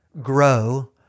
grow